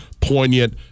poignant